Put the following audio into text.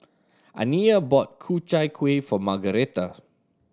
Aniyah bought Ku Chai Kuih for Margaretta